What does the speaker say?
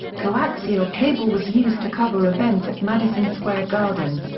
coaxial cable was used to cover events at madison square garden.